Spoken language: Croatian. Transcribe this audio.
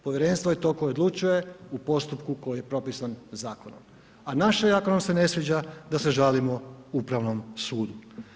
Povjerenstvo je to koje odlučuje u postupku koji je propisan zakonom, a naše je ako nam se ne sviđa da se žalimo Upravnom sudu.